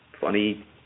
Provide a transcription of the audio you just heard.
funny